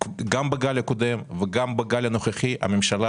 גם בגל הקודם וגם בגל הנוכחי הממשלה